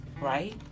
Right